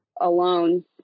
alone